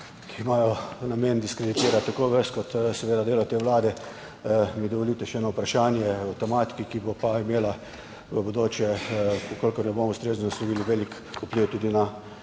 ki imajo namen diskreditirati tako vas kot delo te vlade, mi dovolite še eno vprašanje o tematiki, ki bo pa imela v bodoče, če je ne bomo ustrezno naslovili, velik vpliv tudi na